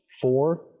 four